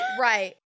Right